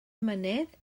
mynydd